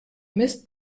mist